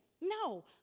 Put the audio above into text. No